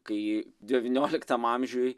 kai devynioliktam amžiuj